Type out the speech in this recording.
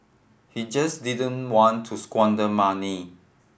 he just didn't want to squander money